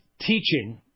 teaching